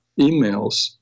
emails